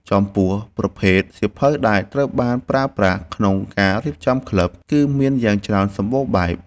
ចំពោះ ប្រភេទសៀវភៅដែលត្រូវបានប្រើប្រាស់ក្នុងការរៀបចំក្លឹប គឺមានយ៉ាងច្រើនសម្បូរបែប។